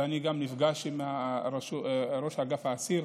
ואני גם נפגש עם ראש אגף האסיר.